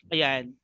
Ayan